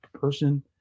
person